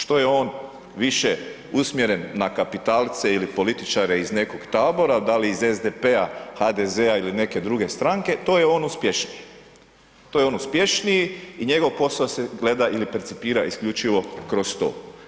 Što je on više usmjeren na kapitalce ili političare iz nekog tabora, da li iz SDP-a, HDZ-a ili neke druge stranke to je on uspješniji, to je on uspješniji i njegov posao se gleda ili percipira isključivo kroz to.